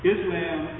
Islam